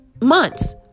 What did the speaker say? months